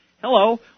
Hello